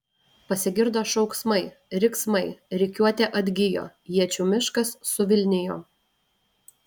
pasigirdo šauksmai riksmai rikiuotė atgijo iečių miškas suvilnijo